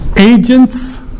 Agents